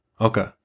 Okay